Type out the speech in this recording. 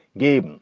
gabe.